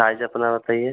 size अपना बताइए